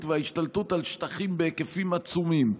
וההשתלטות על שטחים בהיקפים עצומים.